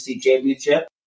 Championship